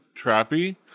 trappy